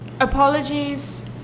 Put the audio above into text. Apologies